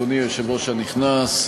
אדוני היושב-ראש הנכנס,